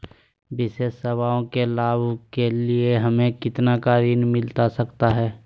विशेष सेवाओं के लाभ के लिए हमें कितना का ऋण मिलता सकता है?